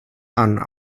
and